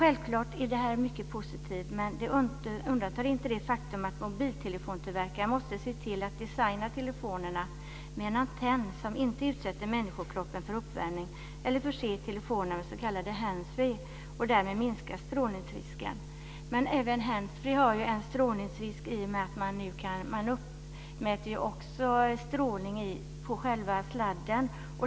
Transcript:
Självklart är det här mycket positivt, men det undantar inte det faktum att mobiltelefontillverkare måste se till att designa telefonerna med en antenn som inte utsätter människokroppen för uppvärmning eller förse telefonerna med s.k. hands free och därmed minska strålningsrisken. Men det är ju en strålningsrisk även med hands free i och med att det är strålning från själva sladden.